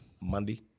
Monday